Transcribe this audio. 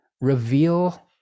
reveal